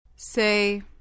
Say